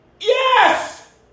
Yes